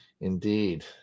Indeed